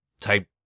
type